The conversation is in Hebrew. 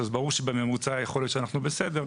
ברור שבממוצע יכול להיות שאנחנו בסדר,